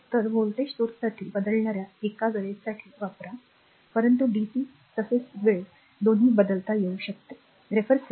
तर व्होल्टेज स्त्रोतांसाठी बदलणार्या एका वेळेसाठी वापरा परंतु dc तसेच वेळ दोन्ही बदलता येऊ शकेल